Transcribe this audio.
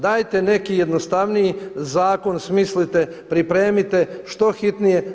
Dajte neki jednostavniji zakon, smislite, pripremite što hitnije.